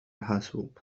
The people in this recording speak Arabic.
الحاسوب